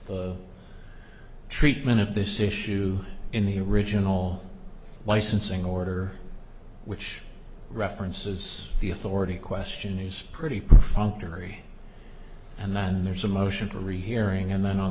the treatment of this issue in the original licensing order which references the authority question is pretty perfunctory and then there's a motion to rehearing and then on